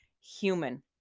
human